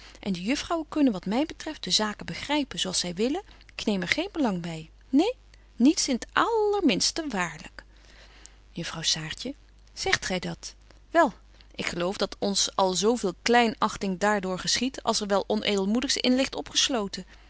en de juffrouwen kunnen wat my betreft de betje wolff en aagje deken historie van mejuffrouw sara burgerhart zaken begrypen zo als zy willen k neem er geen belang by neen niets in t allerminste waarlyk juffrouw saartje zegt gy dat wel ik geloof dat ons al zo veel kleinagting daar door geschiedt als er wel onëdelmoedigs in ligt opgesloten